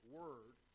word